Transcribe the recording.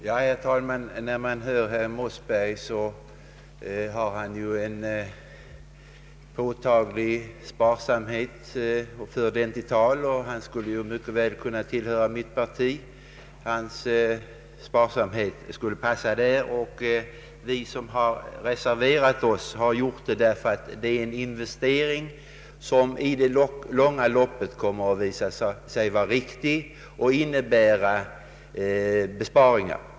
Herr talman! När man lyssnar till herr Mossberger slår det en att han ivrar för en utpräglad sparsamhet, och han skulle därför mycket väl kunna tillhöra mitt parti. Vi som reserverat oss mot utskottets förslag har gjort det därför att det här gäller en investering, som i det långa loppet kommer att visa sig vara riktig och innebära besparingar.